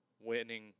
winning